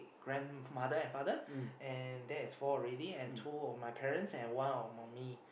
grandmother and father and that is four already and two of my parents and one of mum me